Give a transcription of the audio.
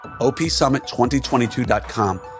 Opsummit2022.com